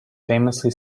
famously